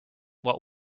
what